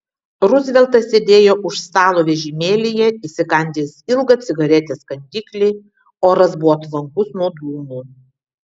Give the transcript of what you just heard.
ruzveltas sėdėjo už stalo vežimėlyje įsikandęs ilgą cigaretės kandiklį oras buvo tvankus nuo dūmų